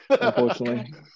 unfortunately